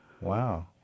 Wow